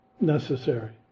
necessary